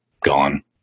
gone